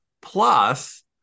Plus